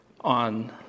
on